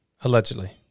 allegedly